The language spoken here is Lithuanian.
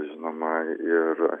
žinoma ir